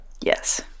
Yes